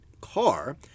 car